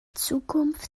zukunft